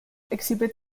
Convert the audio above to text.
exhibit